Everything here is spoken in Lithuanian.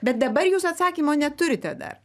bet dabar jūs atsakymo neturite dar